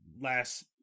last